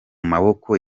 maboko